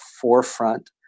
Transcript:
forefront